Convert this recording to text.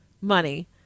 money